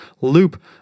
loop